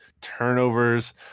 turnovers